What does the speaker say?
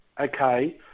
okay